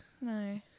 No